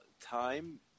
time